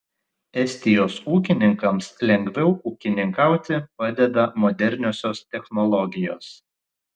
estijos ūkininkams lengviau ūkininkauti padeda moderniosios technologijos